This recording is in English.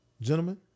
gentlemen